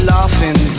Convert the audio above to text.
Laughing